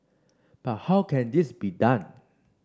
but how can this be done